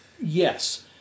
Yes